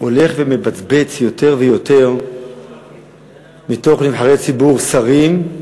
שהולך ומבצבץ יותר ויותר מתוך נבחרי ציבור, שרים,